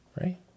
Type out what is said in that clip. right